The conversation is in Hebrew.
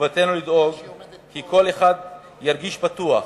מחובתנו לדאוג כי כל אחד ירגיש בטוח